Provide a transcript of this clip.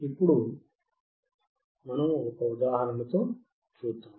ఇప్పుడు మనం ఒక ఉదాహరణ తో చూద్దాము